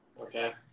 Okay